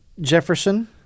Jefferson